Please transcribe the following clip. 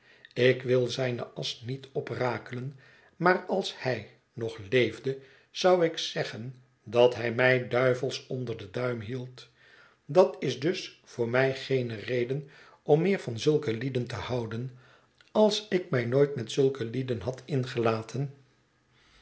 ik wil zijne asch niet oprakelen maar als hij nog leefde zou ik zeggen dat hij mij duivels onder den duim hield dat is dus voor mij geene reden om meer van zulke lieden te houden als ik mij nooit met zulke lieden had ingelaten